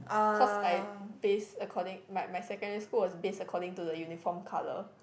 cause I base according my my secondary school was base according to the uniform colour